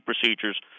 procedures